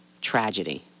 tragedy